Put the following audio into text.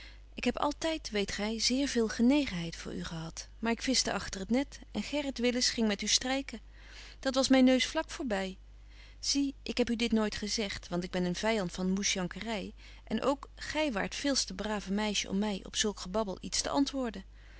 ik heb altyd weet gy zeer veel genegenheid voor u gehad maar ik vischte agter t net en gerrit willis ging met u stryken dat was myn neus vlak voorby zie ik heb u dit nooit gezegt want ik ben een vyand van moesjankery en ook gy waart veels te braven meisje om my op zulk gebabbel iets te antwoorden